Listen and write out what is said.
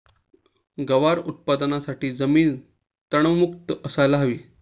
गवार उत्पादनासाठी जमीन तणमुक्त असायला हवी